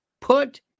put